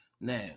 now